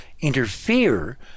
interfere